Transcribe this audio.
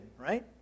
right